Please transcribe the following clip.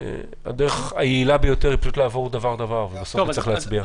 הדרך היעילה ביותר היא לעבור על כל דבר ובסוף צריך להצביע.